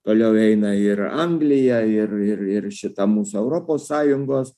toliau eina ir anglija ir ir ir šita mūsų europos sąjungos